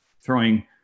throwing